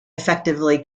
effectively